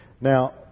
Now